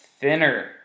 thinner